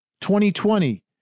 2020